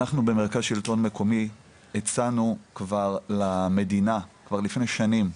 אנחנו במרכז שלטון מקומי הצענו כבר למדינה כבר לפני שנים,